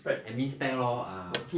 admin spec lor ah